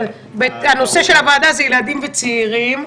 "הנושא של הוועדה זה ילדים וצעירים,